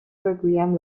بگویم